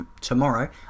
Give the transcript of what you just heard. tomorrow